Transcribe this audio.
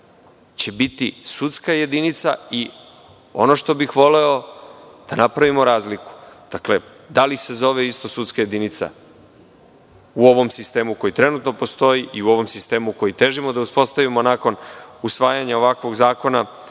će biti sudska jedinica. Voleo bih da napravimo razliku. Da li se zove isto sudska jedinica u ovom sistemu koji trenutno postoji i u ovom sistemu koji težimo da uspostavimo nakon usvajanja ovakvog zakona?